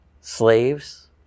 slaves